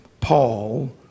Paul